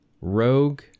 Rogue